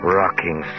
rocking